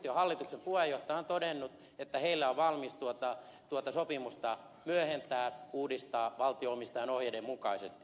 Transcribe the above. yhtiön hallituksen puheenjohtaja on todennut että heillä on valmius tuota sopimusta myöhentää uudistaa valtio omistajan ohjeiden mukaisesti